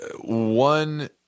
one